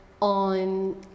on